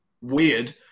weird